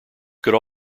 could